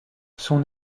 son